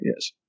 Yes